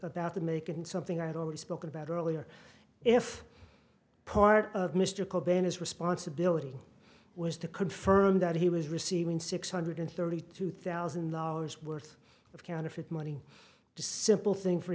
and something i had already spoke about earlier if part of mr cabanas responsibility was to confirm that he was receiving six hundred thirty two thousand dollars worth of counterfeit money the simple thing for